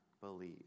believe